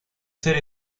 ser